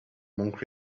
monk